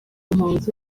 impunzi